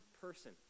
person